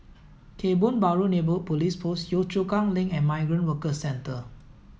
Kebun Baru Neighbourhood Police Post Yio Chu Kang Link and Migrant Workers Centre